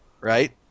right